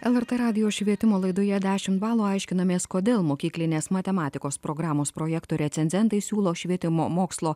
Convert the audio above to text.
lrt radijo švietimo laidoje dešimt balų aiškinamės kodėl mokyklinės matematikos programos projekto recenzentai siūlo švietimo mokslo